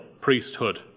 priesthood